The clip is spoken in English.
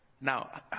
Now